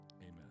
amen